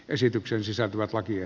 esitykseen sisältyvät lakiin